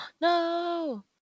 No